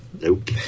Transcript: Nope